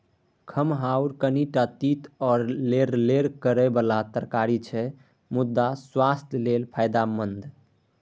खमहाउर कनीटा तीत आ लेरलेर करय बला तरकारी छै मुदा सुआस्थ लेल फायदेमंद